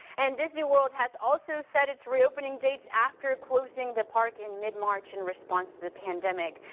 and disney world has also set its reopening dates after closing the park in mid-march in response to the pandemic.